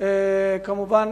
כמובן